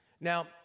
Now